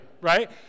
right